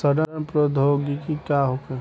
सड़न प्रधौगिकी का होखे?